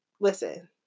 listen